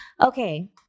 Okay